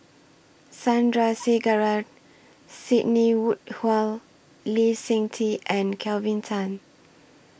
Sandrasegaran Sidney Woodhull Lee Seng Tee and Kelvin Tan